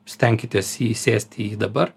stenkitės įsėsti į jį dabar